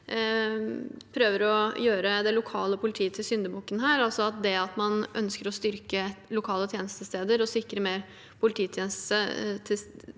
prøver å gjøre det lokale politiet til syndebukken her, altså at det at man ønsker å styrke lokale tjenestesteder og sikre mer polititilstedeværelse